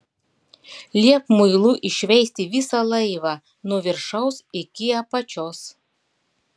liepk muilu iššveisti visą laivą nuo viršaus iki apačios